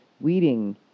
weeding